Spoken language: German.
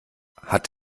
hat